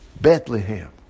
Bethlehem